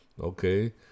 Okay